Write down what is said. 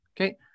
Okay